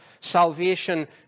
salvation